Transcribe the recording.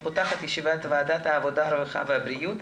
אני פותחת את ישיבת ועדת העבודה הרווחה והבריאות,